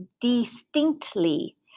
distinctly